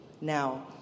Now